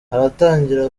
aratangira